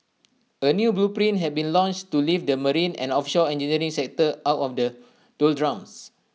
A new blueprint have been launched to lift the marine and offshore engineering sector out of the doldrums